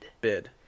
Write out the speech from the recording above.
Bid